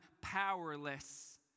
powerless